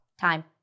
Time